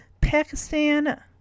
Pakistan